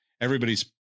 everybody's